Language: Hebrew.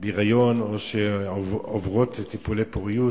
בהיריון או שעוברות טיפולי פוריות.